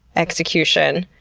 execution.